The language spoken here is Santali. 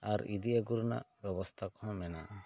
ᱟᱨ ᱤᱫᱤ ᱟᱹᱜᱩ ᱨᱮᱱᱟᱜ ᱵᱮᱵᱚᱥᱛᱷᱟ ᱠᱚᱦᱚᱸ ᱢᱮᱱᱟᱜᱼᱟ